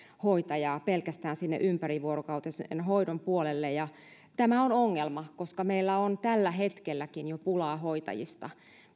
hoitajaa pelkästään sinne ympärivuorokautisen hoidon puolelle ja tämä on ongelma koska meillä on tällä hetkelläkin jo pulaa hoitajista